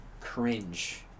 cringe